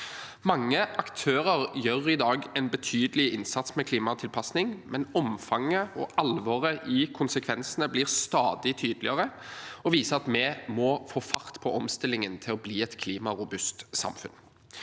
Mange aktører gjør i dag en betydelig innsats med klimatilpasning, men omfanget og alvoret i konsekvensene blir stadig tydeligere og viser at vi må få fart på omstillingen til å bli et klimarobust samfunn.